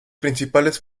principales